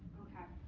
ok?